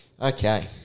Okay